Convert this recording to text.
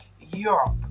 Europe